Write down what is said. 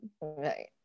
right